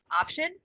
option